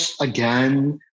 again